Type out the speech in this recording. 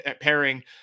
pairing